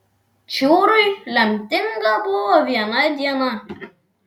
čiūrui lemtinga buvo viena diena